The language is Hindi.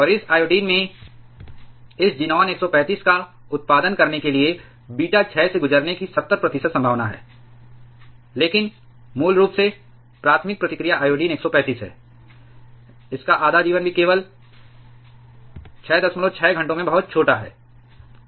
और इस आयोडीन में इस ज़ीनान 135 का उत्पादन करने के लिए बीटा क्षय से गुजरने की 70 प्रतिशत संभावना है लेकिन मूल रूप से प्राथमिक प्रतिक्रिया आयोडीन 135 है इसका आधा जीवन भी केवल 66 घंटों में बहुत छोटा है